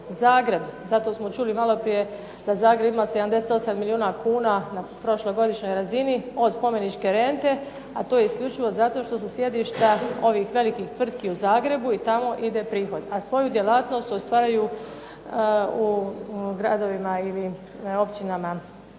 Zagreb, to smo čuli malo prije da Zagreb ima 78 milijuna kuna na prošlogodišnjoj razini od spomeničke rente, a to je isključivo zato što su sjedišta ovih velikih tvrtki u Zagrebu i tamo ide prihod, a svoju djelatnost ostvaruju u gradovima ili općinama